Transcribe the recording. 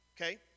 Okay